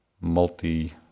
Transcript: multi-